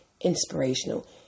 inspirational